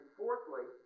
fourthly